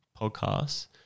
podcasts